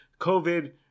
COVID